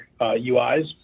UIs